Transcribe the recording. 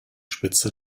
spitze